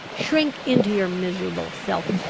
shrink into your miserable self!